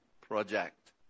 project